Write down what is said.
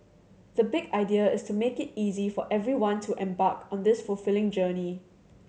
the big idea is to make it easy for everyone to embark on this fulfilling journey